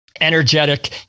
energetic